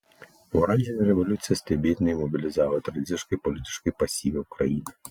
oranžinė revoliucija stebėtinai mobilizavo tradiciškai politiškai pasyvią ukrainą